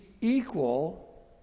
equal